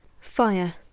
Fire